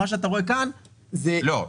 מה שאתה רואה כאן זה --- לא,